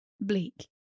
bleak